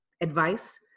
advice